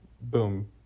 boom